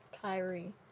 Kyrie